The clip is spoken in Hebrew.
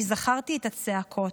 כי זכרתי את הצעקות.